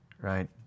right